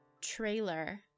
trailer